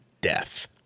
death